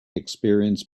experienced